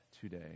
today